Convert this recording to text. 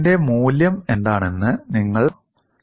ഇതിന്റെ മൂല്യം എന്താണെന്ന് നിങ്ങൾ കണ്ടെത്തണം